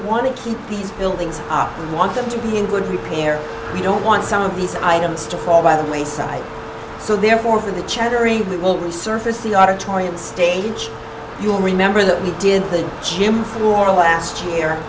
want to keep these buildings are we want them to be in good repair we don't want some of these items to fall by the wayside so therefore for the chattering we will resurface the auditorium stage you'll remember that we did the gym floor last year